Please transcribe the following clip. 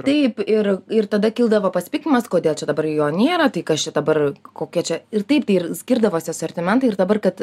taip ir ir tada kildavo pasipiktinimas kodėl čia dabar jo nėra tai kas čia dabar kokia čia ir taip tai ir skirdavosi asortimentai ir dabar kad